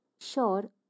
sure